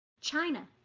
China